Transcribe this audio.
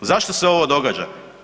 Zašto se ovo događa?